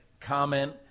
comment